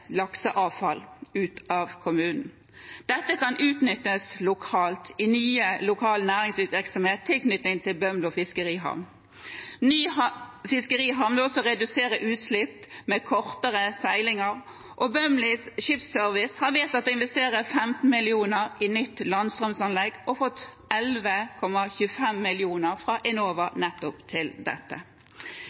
lakseavfall kjøres ut av kommunen. Dette kan utnyttes i ny lokal næringsvirksomhet i tilknytning til Bømlo fiskerihavn. Ny fiskerihavn vil også redusere utslipp med kortere seilinger, og Bømlo Skipsservice har vedtatt å investere 15 mill. kr i nytt landstrømsanlegg og fått 11,25 mill. kr fra Enova nettopp til dette.